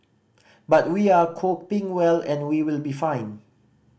but we are coping well and we will be fine